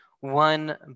one